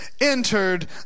entered